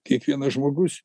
kiekvienas žmogus